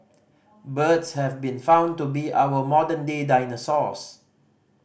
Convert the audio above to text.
birds have been found to be our modern day dinosaurs